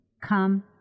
Come